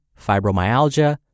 fibromyalgia